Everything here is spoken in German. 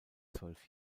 zwölf